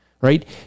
right